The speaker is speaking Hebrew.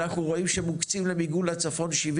אנחנו רואים שמוקצים למיגון לצפון 70